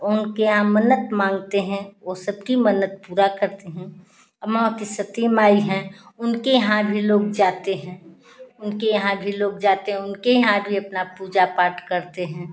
उनके यहाँ मन्नत मांगते हैं वो सबकी मन्नत पूरा करती हैं अमवा की सती माई हैं उनके यहाँ भी लोग जाते हैं उनके यहाँ भी लोग जाते हैं उनके यहाँ भी अपना पूजा पाठ करते हैं